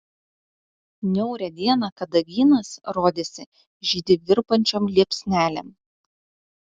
niaurią dieną kadagynas rodėsi žydi virpančiom liepsnelėm